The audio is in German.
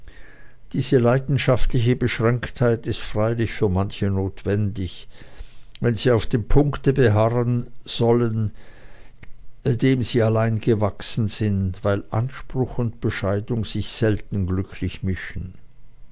diese leidenschaftliche beschränktheit ist freilich für manche notwendig wenn sie auf dem punkte beharren sollen dem sie allein gewachsen sind weil anspruch und bescheidung sich selten glücklich mischen